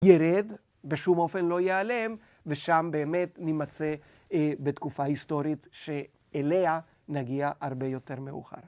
ירד בשום אופן לא ייעלם ושם באמת נמצא בתקופה היסטורית שאליה נגיע הרבה יותר מאוחר.